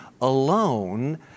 alone